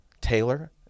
Taylor